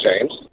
James